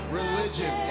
religion